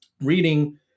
Reading